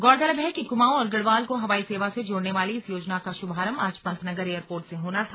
गौरतलब है कि कुमाऊं और गढ़वाल को हवाई सेवा से जोड़ने वाली इस योजना का शुभारंभ आज पंतनगर एयरपोर्ट से होना था